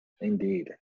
Indeed